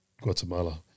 Guatemala